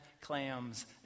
clams